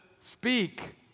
speak